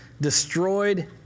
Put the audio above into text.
destroyed